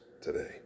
today